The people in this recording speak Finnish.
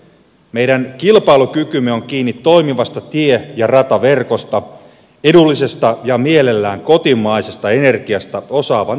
meidän kilpailukykymme on kiinni toimivasta tie ja rataverkosta edullisesta ja mielellään kotimaisesta energiasta osaavan työvoiman lisäksi